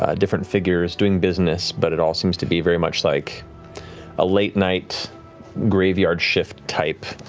ah different figures doing business, but it all seems to be very much like a late night graveyard shift type